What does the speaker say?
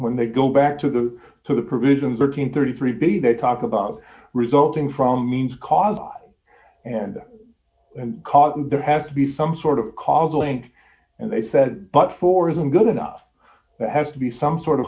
when they go back to the to the provisions working thirty three b they talk about resulting from means cause and cause and there has to be some sort of causal link and they said but for isn't good enough it has to be some sort of